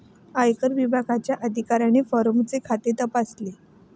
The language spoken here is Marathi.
आयकर विभागाच्या अधिकाऱ्याने फॉर्मचे खाते तपासले